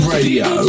Radio